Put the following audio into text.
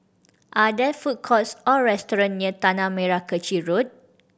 are there food courts or restaurant near Tanah Merah Kechil Road